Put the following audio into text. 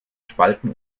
spalten